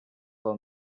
for